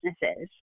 businesses